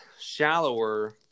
shallower